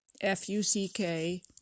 F-U-C-K